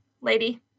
lady